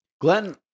Glenn